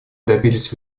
добились